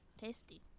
Tasty